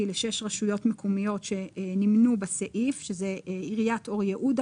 לשש רשויות מקומיות שנמנו בסעיף - עיריית אור יהודה,